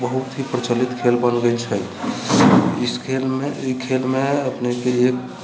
बहुत ही प्रचलित खेल बन गेल छै इस खेलमे एहि खेलमे अपनेके एक